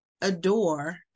adore